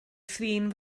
thrin